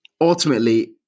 Ultimately